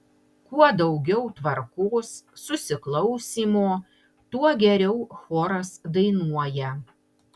kuo daugiau tvarkos susiklausymo tuo geriau choras dainuoja